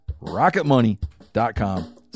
rocketmoney.com